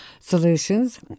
solutions